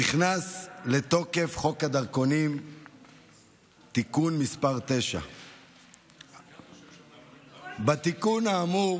נכנס לתוקף חוק הדרכונים (תיקון מס' 9). בתיקון האמור